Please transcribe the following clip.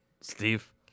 Steve